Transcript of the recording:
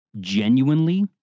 genuinely